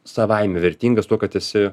savaime vertingas tuo kad esi